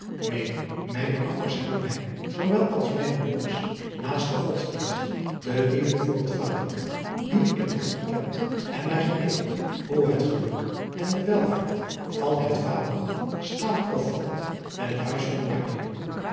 buisman mijne ouders hebben mij zoowel als mijne broeders naast den godsdienst de liefde voor het vaderland diep in het hart geprent en mij geleerd hoe het geluk en de welvaart van het vaderland staat of valt met het huis van oranje